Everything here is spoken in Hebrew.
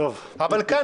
אבל כאן,